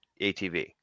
ATV